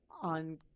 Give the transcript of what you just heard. on